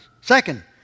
Second